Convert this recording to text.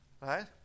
right